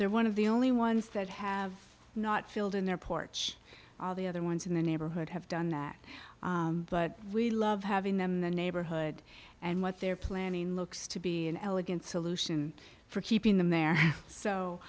they're one of the only ones that have not filled in their porch all the other ones in the neighborhood have done but we love having them in the neighborhood and what they're planning looks to be an elegant solution for keeping them there so